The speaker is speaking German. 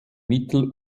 mittel